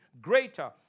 greater